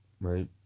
right